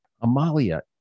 Amalia